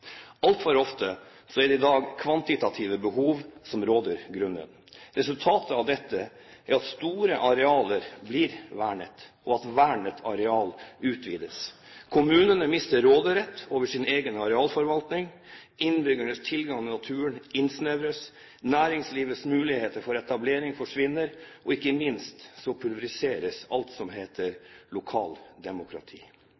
Altfor ofte er det i dag kvantitative behov som råder grunnen. Resultatet av dette er at store arealer blir vernet, og at vernet areal utvides. Kommunene mister råderetten over sin egen arealforvaltning, innbyggernes tilgang til naturen innsnevres, næringslivets muligheter for etablering forsvinner, og ikke minst pulveriseres alt som